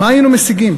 מה היינו משיגים?